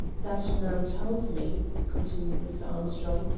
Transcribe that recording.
that man tells me, continued mr. armstrong,